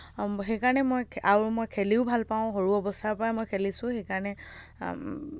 সেইকাৰণে মই আও মই খেলিও ভাল পাওঁ সৰু অৱস্থাৰ পৰাই মই খেলিছোঁ সেইকাৰণে